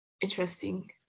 interesting